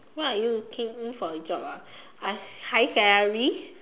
what are you looking in for a job ah uh high high salary